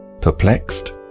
Perplexed